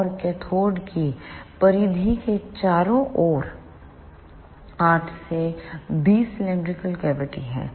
और कैथोड की परिधि के चारों ओर 8 से 20 सिलैंडरिकल cylindrical कैविटी हैं